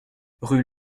rue